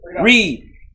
read